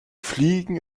fliegen